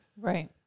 Right